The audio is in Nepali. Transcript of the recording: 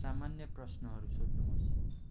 सामान्य प्रश्नहरू सोध्नुहोस्